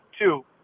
two